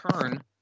turn